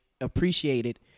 appreciated